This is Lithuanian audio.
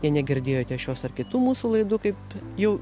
jei negirdėjote šios ar kitų mūsų laidų kaip jau